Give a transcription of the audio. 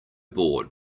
bored